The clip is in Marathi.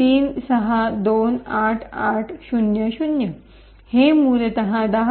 3628800 हे मूलत 10